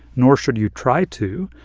nor should you try to.